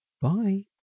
bye